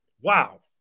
Wow